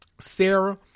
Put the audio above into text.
Sarah